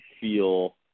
feel